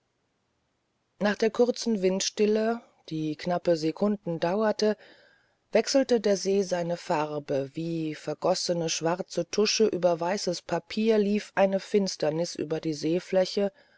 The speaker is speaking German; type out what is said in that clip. nach der kurzen windstille die knappe sekunden dauerte wechselte der see seine farbe wie vergossene schwarze tusche über weißes papier lief eine finsternis über die